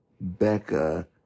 Becca